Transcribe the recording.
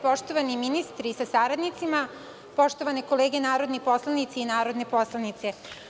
Poštovani ministri sa saradnicima, poštovane kolege narodni poslanici i narodne poslanice.